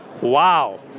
wow